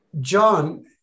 John